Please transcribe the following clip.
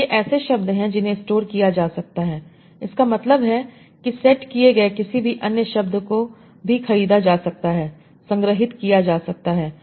तो ये ऐसे शब्द हैं जिन्हें स्टोर किया जा सकता है इसका मतलब है कि सेट किए गए किसी भी अन्य शब्द को भी ख़रीदा जा सकता है संग्रहीत किया जा सकता है